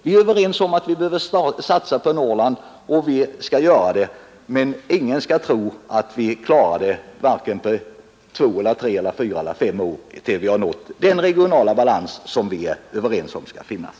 Vi är överens om att vi behöver satsa på Norrland, och vi skall göra det. Men ingen skall tro att vi på tre, fyra eller fem år kan nå den regionala balans som vi är överens om skall finnas.